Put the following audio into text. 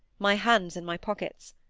my hands in my pockets.